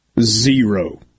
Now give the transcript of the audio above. Zero